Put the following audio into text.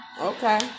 Okay